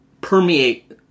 permeate